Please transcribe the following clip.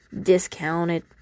discounted